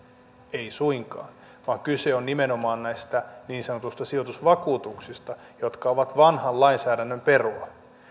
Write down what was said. ei suinkaan vaan kyse on nimenomaan näistä niin sanotuista sijoitusvakuutuksista jotka ovat vanhan lainsäädännön perua